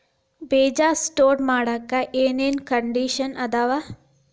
ಬೇಜ ಸ್ಟೋರ್ ಮಾಡಾಕ್ ಏನೇನ್ ಕಂಡಿಷನ್ ಅದಾವ?